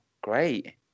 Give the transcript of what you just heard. great